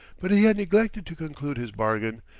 but he had neglected to conclude his bargain,